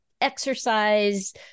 exercise